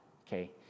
okay